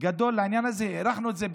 גדול לעניין הזה,